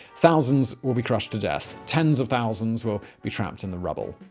thousands will be crushed to death. tens of thousands will be trapped in the rubble.